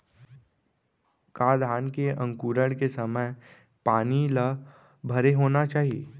का धान के अंकुरण के समय पानी ल भरे होना चाही?